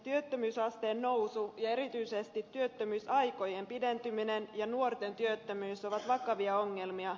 työttömyysasteen nousu ja erityisesti työttömyysaikojen pidentyminen ja nuorten työttömyys ovat vakavia ongelmia